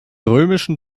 römischen